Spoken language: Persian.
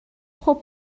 خوب